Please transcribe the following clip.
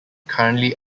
currently